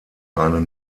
eine